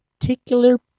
particular